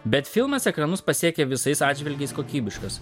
bet filmas ekranus pasiekė visais atžvilgiais kokybiškas